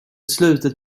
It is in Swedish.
slutet